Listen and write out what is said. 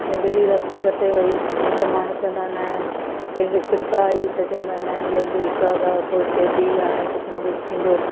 जीअं ॿिली रस्तो कटे वई त माण्हू चवंदा न कंहिं खे छिक आई त चवंदा न हीउ अंधविश्वास आहे थोरी देर बि हाणे कुझु न कुझु थींदो